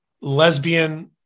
lesbian